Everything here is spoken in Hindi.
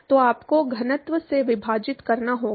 तो आपको घनत्व से विभाजित करना होगा